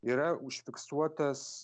yra užfiksuotas